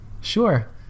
Sure